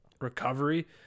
recovery